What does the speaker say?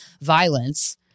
violence